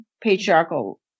patriarchal